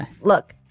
Look